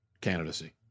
candidacy